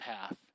path